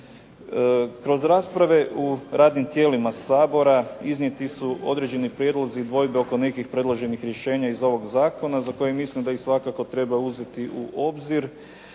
Kroz rasprave u radnim tijelima Sabora iznijeti su određeni prijedlozi i dvojbe oko nekih predloženih rješenja iz ovog zakona za koje mislimo da ih svakako treba uzeti u obzir.